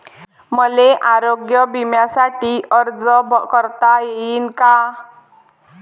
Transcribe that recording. मले आरोग्य बिम्यासाठी अर्ज करता येईन का?